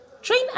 Train